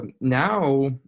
now